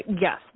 Yes